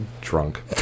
Drunk